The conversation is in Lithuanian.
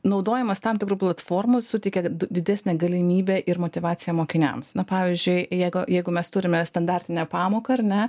naudojimas tam tikrų platformų suteikia didesnę galimybę ir motyvaciją mokiniams na pavyzdžiui jeigu jeigu mes turime standartinę pamoką ar ne